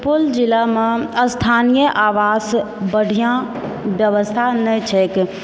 सुपौल जिलामऽ स्थानीय आवास बढ़िआँ व्यवस्था नहि छैक